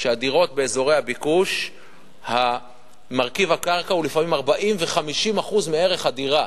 שבדירות באזורי הביקוש מרכיב הקרקע הוא לפעמים 40% ו-50% מערך הדירה.